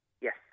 Yes